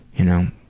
you know,